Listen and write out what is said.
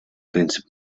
принцип